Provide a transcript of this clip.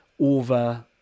over